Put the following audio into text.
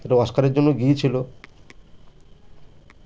ওটা অস্কারের জন্য গিয়েছিলো